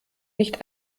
nicht